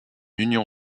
union